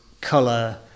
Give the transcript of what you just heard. color